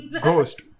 ghost